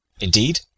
Indeed